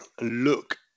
look